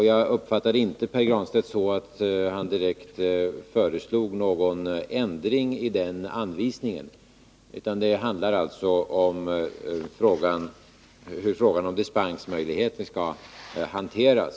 Jag uppfattade det inte så att Pär Granstedt direkt föreslog någon ändring i den anvisningen, utan det handlar alltså om hur frågan om dispensmöjligheter skall hanteras.